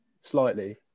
slightly